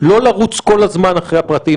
לא לרוץ כל הזמן אחרי הפרטים.